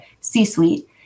C-suite